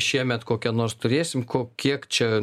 šiemet kokią nors turėsim ko kiek čia